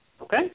Okay